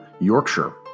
Yorkshire